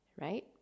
Right